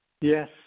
Yes